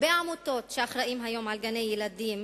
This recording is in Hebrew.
הרבה עמותות שאחראיות היום לגני-ילדים